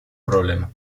problema